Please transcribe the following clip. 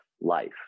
life